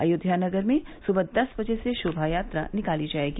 अयोध्या नगर में सुबह दस बजे से शोभायात्रा निकाली जाएगी